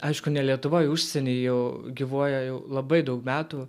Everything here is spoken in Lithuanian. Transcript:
aišku ne lietuvoj užsieny jau gyvuoja jau labai daug metų